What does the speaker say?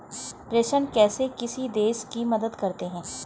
प्रेषण कैसे किसी देश की मदद करते हैं?